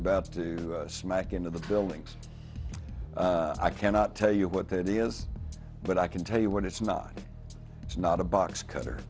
bad to smack into the buildings i cannot tell you what that is but i can tell you what it's not it's not a box cutter